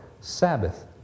Sabbath